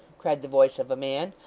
cried the voice of a man.